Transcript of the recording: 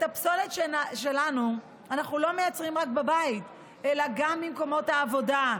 את הפסולת שלנו אנחנו לא מייצרים רק בבית אלא גם במקומות העבודה.